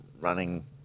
running